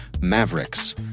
Mavericks